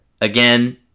again